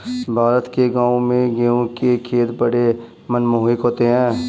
भारत के गांवों में गेहूं के खेत बड़े मनमोहक होते हैं